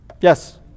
Yes